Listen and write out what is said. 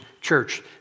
church